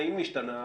אם נשתנה,